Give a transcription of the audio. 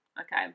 okay